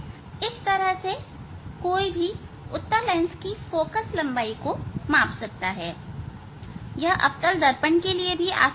इस तरह कोई भी उत्तल दर्पण की फोकल लंबाई को माप सकता है यह अवतल दर्पण के लिए भी आसान हैं